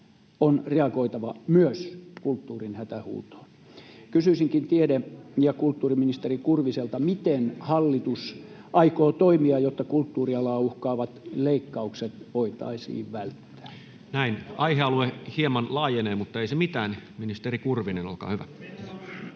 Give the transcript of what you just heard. on reagoitava myös kulttuurin hätähuutoon. Kysyisinkin tiede‑ ja kulttuuriministeri Kurviselta: miten hallitus aikoo toimia, jotta kulttuurialaa uhkaavat leikkaukset voitaisiin välttää? [Speech 82] Speaker: Toinen varapuhemies Juho Eerola